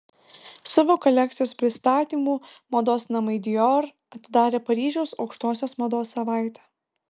savo kolekcijos pristatymu mados namai dior atidarė paryžiaus aukštosios mados savaitę